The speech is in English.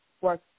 work